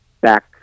back